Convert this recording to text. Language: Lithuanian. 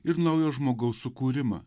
ir naujo žmogaus sukūrimą